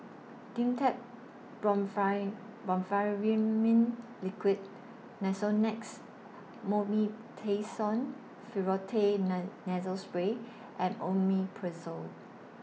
Dimetapp Brompheniramine Liquid Nasonex Mometasone Furoate Nasal Spray and Omeprazole